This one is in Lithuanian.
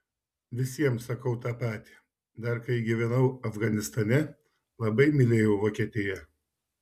visiems sakau tą patį dar kai gyvenau afganistane labai mylėjau vokietiją